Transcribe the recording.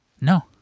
No